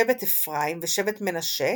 שבט אפרים ושבט מנשה,